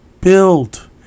build